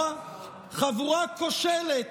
חבורה כושלת.